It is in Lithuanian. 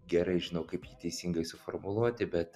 gerai žinau kaip jį teisingai suformuluoti bet